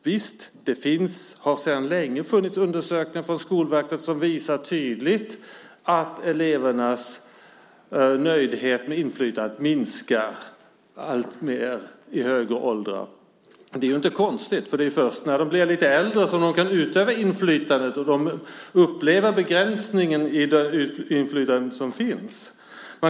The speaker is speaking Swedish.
Visst, det finns sedan länge undersökningar från Skolverket som tydligt visar att elevernas nöjdhet med inflytandet minskar alltmer i högre åldrar. Det är inte konstigt, för det är först när de blir lite äldre som de kan utöva inflytandet. De upplever begränsningar i det inflytande som finns.